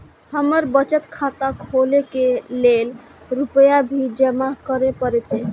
हमर बचत खाता खोले के लेल रूपया भी जमा करे परते?